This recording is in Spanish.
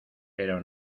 pero